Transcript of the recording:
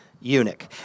eunuch